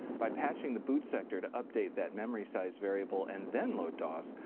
by patching the boot sector to update that memory size variable and then load dos,